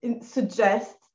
suggest